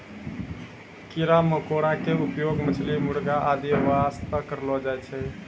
कीड़ा मकोड़ा के उपयोग मछली, मुर्गी आदि वास्तॅ करलो जाय छै